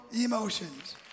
emotions